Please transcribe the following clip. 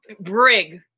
brig